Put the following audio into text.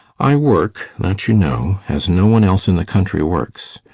i work, that you know as no one else in the country works.